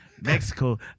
Mexico